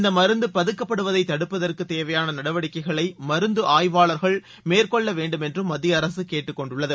இந்த மருந்து பதுக்கப்படுவதை தடுப்பதற்கு தேவையான நடவடிக்கைகளை மருந்து ஆய்வாளா்கள் மேற்கொள்ள வேண்டும் என்று மத்திய அரசு கேட்டுக்கொண்டுள்ளது